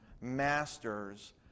masters